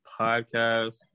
Podcast